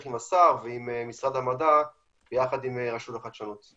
עם השר ועם משרד המדע ויחד עם רשות החדשנות.